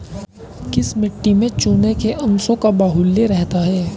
किस मिट्टी में चूने के अंशों का बाहुल्य रहता है?